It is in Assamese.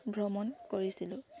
ভ্ৰমণ কৰিছিলোঁ